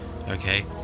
Okay